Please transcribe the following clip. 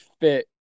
fit